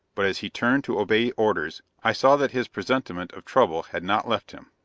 but as he turned to obey orders, i saw that his presentiment of trouble had not left him.